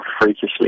freakishly